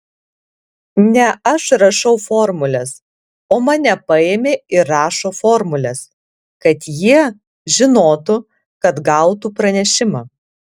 ne aš rašau formules o mane paėmė ir rašo formules kad jie žinotų kad gautų pranešimą